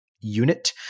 unit